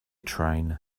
train